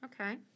Okay